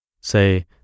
Say